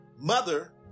mother